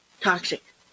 toxic